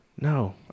No